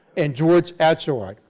and george atzerodt,